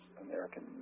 American